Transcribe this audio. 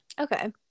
Okay